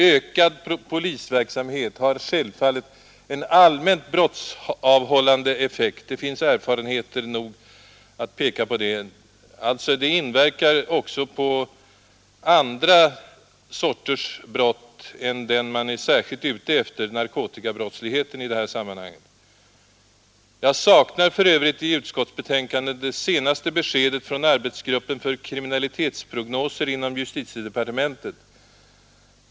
Ökad polisverksamhet har självfallet en allmänt brottsavhållande effekt. Det finns erfarenheter nog att peka på detta. Det inverkar alltså också på andra sorters brott än dem man är särskilt ute efter, i detta sammanhang narkotikabrottsligheten. Jag saknar för övrigt i utskottsbetänkandet det senaste beskedet från arbetsgruppen för kriminalitetsprognoser inom justitiedepartementet.